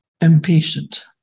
impatient